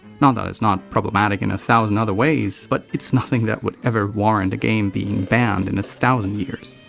not that it's not problematic in a thousand other ways, but it's nothing that would ever warrant a game being banned in a thousand years.